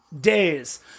days